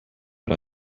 but